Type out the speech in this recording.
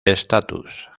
estatus